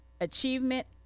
achievement